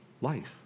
life